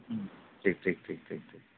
ᱴᱷᱤᱠ ᱴᱷᱤᱠ ᱴᱷᱤᱠ